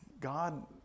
God